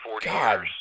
God